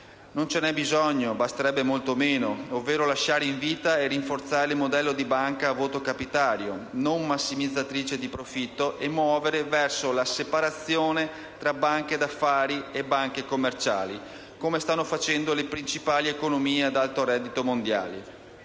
Non ce n'è bisogno, basterebbe molto meno, ovvero lasciare in vita e rinforzare il modello di banca a voto capitario, non massimizzatrice di profitto, e muovere verso la separazione tra banche d'affari e banche commerciali, come stanno facendo le principali economie ad alto reddito mondiali.